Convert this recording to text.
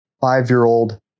five-year-old